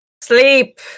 Sleep